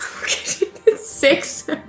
Six